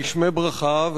גשמי ברכה,